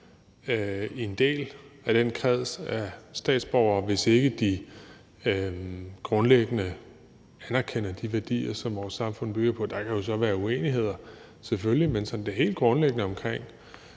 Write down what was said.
en del af den kreds af statsborgere, hvis ikke de grundlæggende anerkender de værdier, som vores samfund bygger på. Der kan jo så være uenigheder – selvfølgelig – men sådan det helt grundlæggende omkring